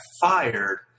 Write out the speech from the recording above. fired